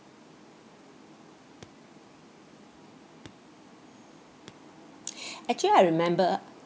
actually I remember